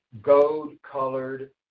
gold-colored